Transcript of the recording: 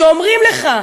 שאומרים לך,